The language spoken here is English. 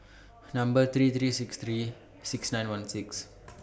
Number three three six three six nine one six